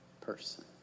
person